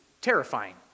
terrifying